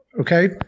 Okay